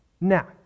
Now